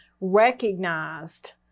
recognized